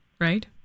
right